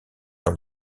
dans